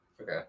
okay